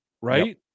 right